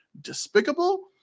despicable